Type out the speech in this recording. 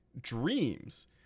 dreams